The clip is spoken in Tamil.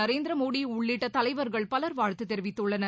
நரேந்திரமோடி உள்ளிட்ட தலைவர்கள் பவர் வாழ்த்து தெரிவித்துள்ளனர்